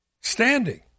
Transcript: standing